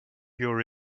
your